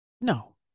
No